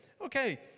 okay